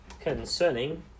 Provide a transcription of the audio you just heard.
concerning